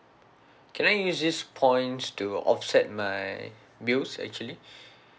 can I use these points to offset my bills actually